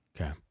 Okay